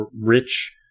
rich